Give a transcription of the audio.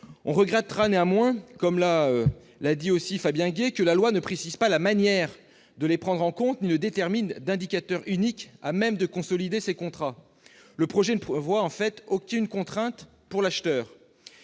On regrette néanmoins, comme l'a expliqué Fabien Gay, que la loi ne précise pas la manière de les prendre en compte ni ne détermine d'indicateur unique à même de consolider les contrats. Le projet ne prévoit en fait aucune contrainte pour l'acheteur.